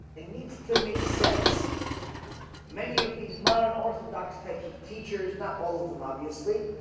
it needs to make sense many of these modern orthodox types of teachers not all of them obviously,